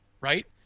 Right